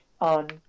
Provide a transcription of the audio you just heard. on